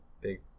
Big